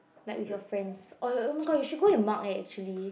like with your friends oh oh my god you should go with Mark leh actually